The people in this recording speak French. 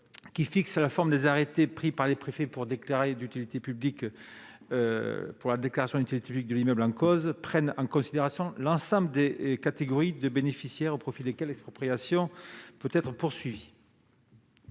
fixant la forme des arrêtés pris par le préfet pour déclarer l'utilité publique de l'immeuble en cause prennent en considération toutes les catégories de bénéficiaires au profit desquels l'expropriation peut être poursuivie.